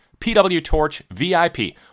pwtorchvip